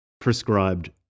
prescribed